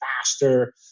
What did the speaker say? faster